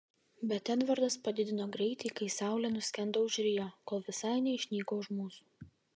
bet edvardas padidino greitį kai saulė nuskendo už rio kol visai neišnyko už mūsų